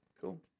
cool